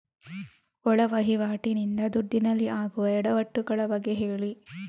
ಒಳ ವಹಿವಾಟಿ ನಿಂದ ದುಡ್ಡಿನಲ್ಲಿ ಆಗುವ ಎಡವಟ್ಟು ಗಳ ಬಗ್ಗೆ ಹೇಳಿ